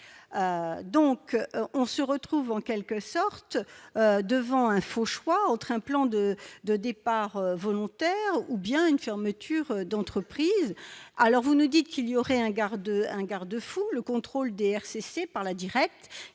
donc on se retrouve en quelque sorte devant un faux choix entre un plan de de départs volontaires ou bien une fermeture d'entreprise, alors vous nous dites qu'il y aurait un garde un garde-fou le contrôle BRC par la Direct